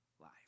life